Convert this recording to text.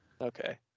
Okay